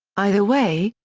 either way,